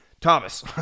Thomas